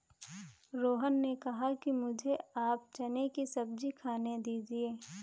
रोहन ने कहा कि मुझें आप चने की सब्जी खाने दीजिए